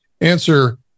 answer